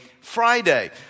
Friday